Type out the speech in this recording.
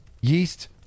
Yeast